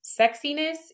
sexiness